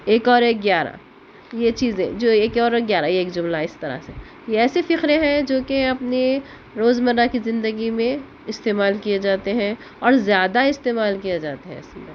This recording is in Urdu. ایک اور ایک گیارہ یہ چیزیں جو ایک اور ایک گیارہ یہ ایک جملہ ہے اس طرح سے یہ ایسے فقرے ہیں جو کہ اپنی روز مرہ کی زندگی میں استعمال کئے جاتے ہیں اور زیادہ استعمال کئے جاتے ہیں